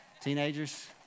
Teenagers